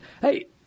hey